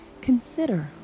Consider